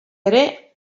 ere